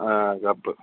ஆ cup